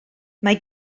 mae